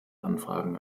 anfragen